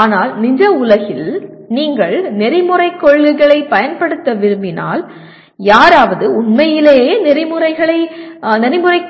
ஆனால் நிஜ உலகில் நீங்கள் நெறிமுறை கொள்கைகளைப் பயன்படுத்த விரும்பினால் யாராவது உண்மையிலேயே நெறிமுறைக்